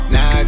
Now